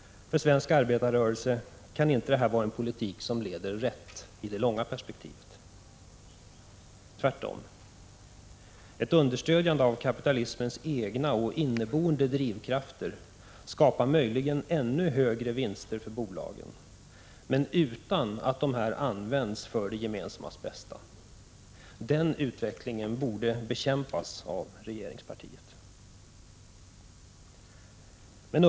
För svensk arbetarrörelse kan det inte vara en politik som leder rätt i det långa perspektivet — tvärtom. Ett understödjande av kapitalismens egna inneboende drivkrafter skapar möjligen ännu högre vinster för bolagen, men utan att dessa används för det gemensammas bästa. Den utvecklingen borde bekämpas av regeringspartiet.